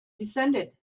descended